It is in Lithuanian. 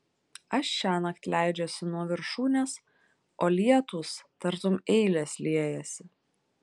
aš šiąnakt leidžiuosi nuo viršūnės o lietūs tartum eilės liejasi